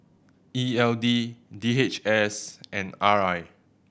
E L D D H S and R I